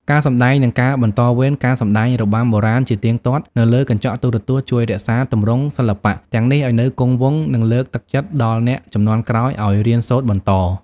ការសម្តែង និងការបន្តវេន ការសម្តែងរបាំបុរាណជាទៀងទាត់នៅលើកញ្ចក់ទូរទស្សន៍ ជួយរក្សាទម្រង់សិល្បៈទាំងនេះឱ្យនៅគង់វង្ស និងលើកទឹកចិត្តដល់អ្នកជំនាន់ក្រោយឱ្យរៀនសូត្របន្ត។